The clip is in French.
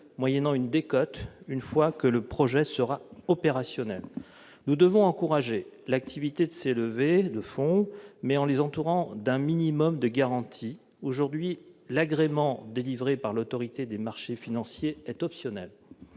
moyennant une décote, une fois que celui-ci sera opérationnel. Nous devons encourager ces levées de fonds, mais en les entourant d'un minimum de garanties. Or, aujourd'hui, l'agrément délivré par l'Autorité des marchés financiers est optionnel.